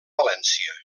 valència